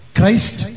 Christ